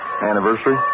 Anniversary